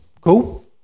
Cool